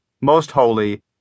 most-holy